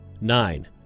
Nine